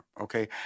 Okay